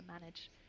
manage